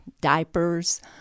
diapers